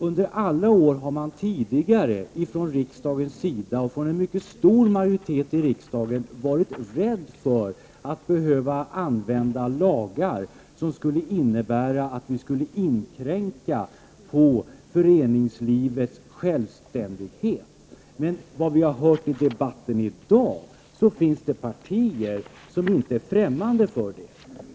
Under alla år har en mycket stor majoritet i riksdagen varit rädd för att behöva använda lagar som skulle innebära att vi skulle inkräkta på föreningslivets självständighet. Efter vad vi har hört i debatten i dag finns det emellertid partier som inte är främmande för detta.